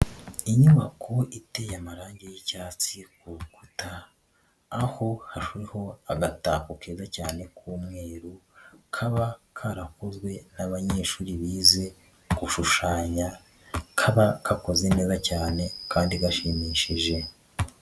Inyubako iteye amarange y'icyatsi ku rukuta. Aho hariho agatako keza cyane k'umweruru, kaba karakozwe n'abanyeshuri bize gushushanya, kaba karakozwe neza cyane kandi gashimishije.